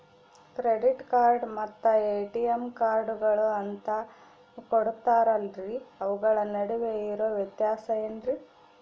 Credit card ಮತ್ತ ATM ಕಾರ್ಡುಗಳು ಅಂತಾ ಕೊಡುತ್ತಾರಲ್ರಿ ಅವುಗಳ ನಡುವೆ ಇರೋ ವ್ಯತ್ಯಾಸ ಏನ್ರಿ?